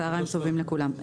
צהריים טובים לכולם.